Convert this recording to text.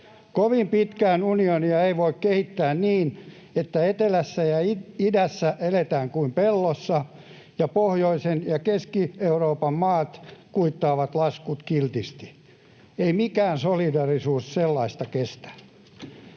Kovin pitkään unionia ei voi kehittää niin, että etelässä ja idässä eletään kuin pellossa ja pohjoisen ja Keski-Euroopan maat kuittaavat laskut kiltisti. Ei mikään solidaarisuus sellaista kestä.